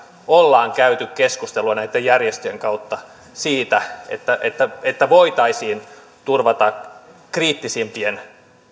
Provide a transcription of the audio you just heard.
ollaan käyty keskustelua näitten järjestöjen kautta siitä että että voitaisiin turvata kriittisimpien